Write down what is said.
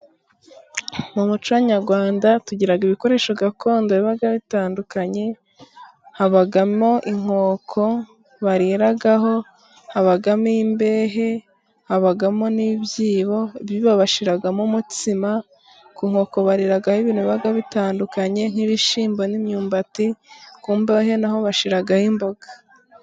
Mu muco nyarwanda tugira ibikoresho gakondo biba bitandukanye, habamo inkoko bariraho habamo imbehe habamo n'ibyibo, ibyibo bashyiramo umutsima, ku nkoko bariraho ibintu biba bitandukanye nk'ibishyimbo, n'imyumbati ku mbehe naho bashyiraho imboga.